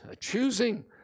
choosing